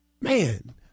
Man